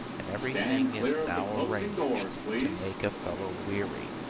and everything is now arranged to make a fellow weary.